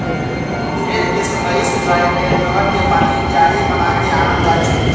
खेत कें सतहि सिचाइ लेल नहर कें पानी क्यारि बना क आनल जाइ छइ